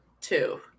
two